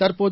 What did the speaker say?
தற்போது